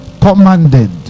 commanded